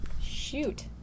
Shoot